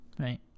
Right